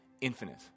infinite